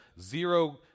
zero